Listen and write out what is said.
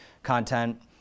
content